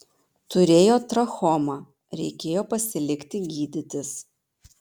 turėjo trachomą reikėjo pasilikti gydytis